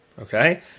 okay